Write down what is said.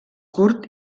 curt